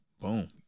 Boom